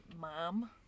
mom